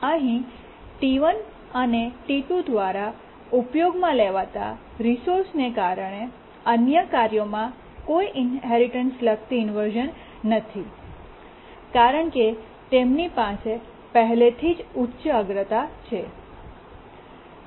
અહીં T1 અને T2 દ્વારા ઉપયોગમાં લેવાતા રિસોર્સને કારણે અન્ય કાર્યોમાં કોઈ ઇન્હેરિટન્સ લગતી ઇન્વર્શ઼ન નથી કારણ કે તેમની પાસે પહેલેથી જ ઉચ્ચ અગ્રતા છે